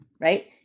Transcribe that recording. right